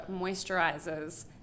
moisturizers